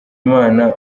imana